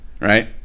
right